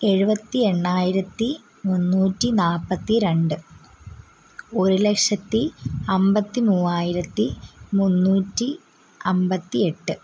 എഴുപത്തി എണ്ണായിരത്തി മുന്നൂറ്റി നാൽപ്പത്തി രണ്ട് ഒരു ലക്ഷത്തി അമ്പത്തി മൂവായിരത്തി മുന്നൂറ്റി അമ്പത്തിഎട്ട്